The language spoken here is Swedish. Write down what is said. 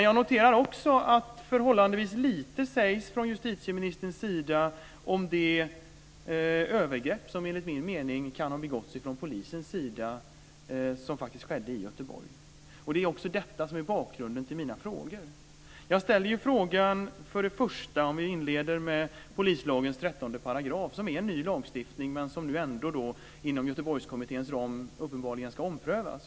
Jag noterar också att förhållandevis lite sägs från justitieministerns sida om de övergrepp som enligt min mening kan ha begåtts från polisens sida i Göteborg. Det är också detta som är bakgrunden till mina frågor. Jag ställde för det första frågan om polislagens 13 §, som är en ny lagstiftning men som ändå inom Göteborgskommitténs ram nu uppenbarligen ska omprövas.